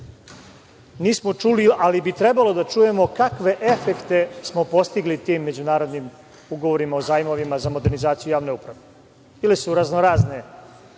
Nismo čuli, ali bi trebalo da čujemo kakve efekte smo postigli tim međunarodnim ugovorima, zajmovima za modernizaciju javne uprave. Bili su raznorazni